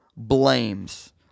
blames